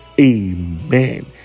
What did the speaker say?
Amen